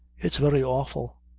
it's very awful.